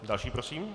Další prosím.